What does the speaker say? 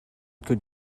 could